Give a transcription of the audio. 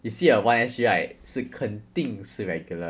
you see a one S_G right 是肯定是 regular